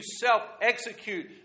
self-execute